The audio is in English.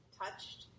touched